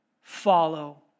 follow